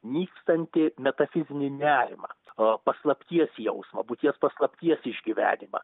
nykstantį metafizinį nerimą o paslapties jausmą būties paslapties išgyvenimą